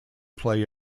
play